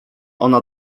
ona